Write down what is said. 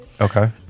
Okay